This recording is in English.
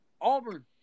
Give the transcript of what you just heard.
Auburn